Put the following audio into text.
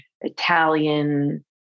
Italian